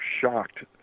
shocked